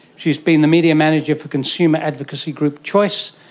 she's been the media manager for consumer advocacy group choice,